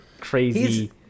crazy